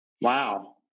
Wow